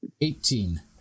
Eighteen